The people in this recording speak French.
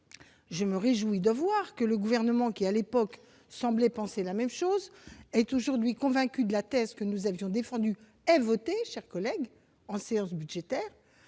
Je me réjouis de constater que le Gouvernement, qui, à l'époque, semblait penser la même chose, est aujourd'hui convaincu de la thèse que nous avions défendue et votée en séance budgétaire,